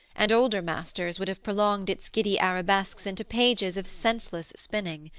and older masters would have prolonged its giddy arabesques into pages of senseless spinning.